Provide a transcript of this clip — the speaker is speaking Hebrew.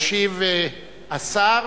ישיב השר.